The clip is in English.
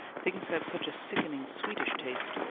things have such a sickening, sweetish taste,